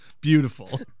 Beautiful